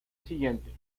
siguiente